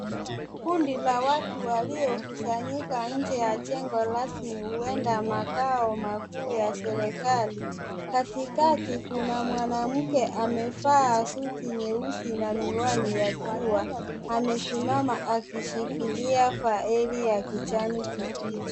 Kundi la watu waliokusanyika nje ya jengo ramsi huenda makao makuu ya serikali. Katikati kuna mwanamke amevaa suti nyeusi na miwani ya jua. Amesimama akishikilia faili ya kijani kibichi.